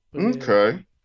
Okay